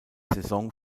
saison